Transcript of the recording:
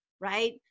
right